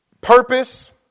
purpose